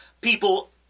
people